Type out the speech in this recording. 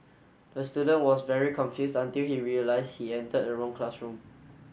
the student was very confused until he realized he entered the wrong classroom